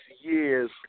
years